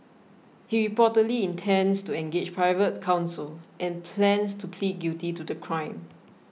he reportedly intends to engage private counsel and plans to plead guilty to the crime